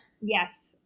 Yes